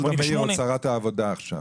גולדה מאיר עוד שרת העבודה עכשיו.